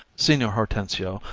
signior hortensio,